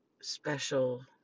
special